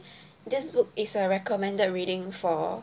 this book is a recommended reading for